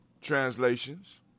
translations